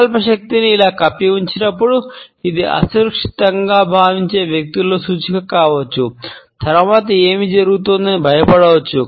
సంకల్ప శక్తిని ఇలా కప్పి ఉంచినప్పుడు ఇది అసురక్షితంగా భావించే వ్యక్తులతో సూచిక కావచ్చు తరువాత ఏమి జరుగుతుందోనని భయపడవచ్చు